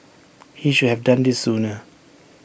he should have done this sooner